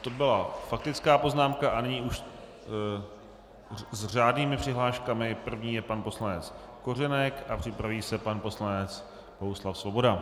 To byla faktická poznámka a nyní už s řádnými přihláškami první pan poslanec Kořenek, připraví se pan poslanec Bohuslav Svoboda.